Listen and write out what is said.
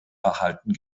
erhalten